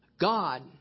God